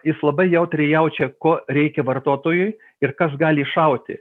jis labai jautriai jaučia ko reikia vartotojui ir kas gali iššauti